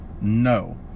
No